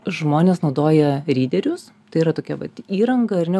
žmonės naudoja ryderius tai yra tokia vat įranga ar ne